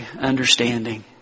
understanding